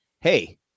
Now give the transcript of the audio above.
hey